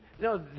No